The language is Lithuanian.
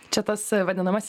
čia tas vadinamasis